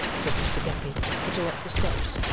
said mr. guppy, putting up the steps.